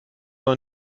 noch